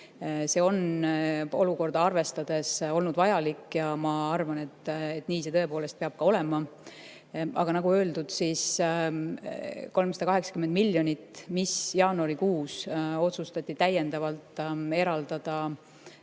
See on olukorda arvestades olnud vajalik ja ma arvan, et nii see tõepoolest peabki olema. Aga nagu öeldud, 380 miljonit, mis jaanuarikuus otsustati täiendavalt eraldada